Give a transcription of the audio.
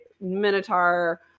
minotaur